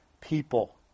people